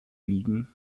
liegen